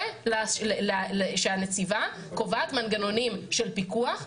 זה שהנציבה קובעת מנגנונים של פיקוח,